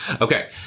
Okay